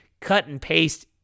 cut-and-paste